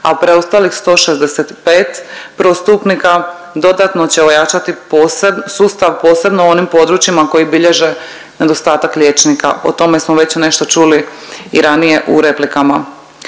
a preostalih 165 prvostupnika dodatno će ojačati sustav posebno u onim područjima koji bilježe nedostatak liječnika. O tome smo već nešto čuli i ranije u replikama.